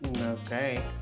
okay